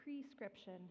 prescription